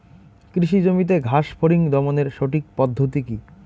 কৃষি জমিতে ঘাস ফরিঙ দমনের সঠিক পদ্ধতি কি?